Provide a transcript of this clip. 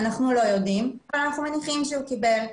אנחנו לא יודעים אבל אנחנו מניחים שהוא קיבל.